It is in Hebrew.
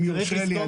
אם יורשה לי,